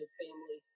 family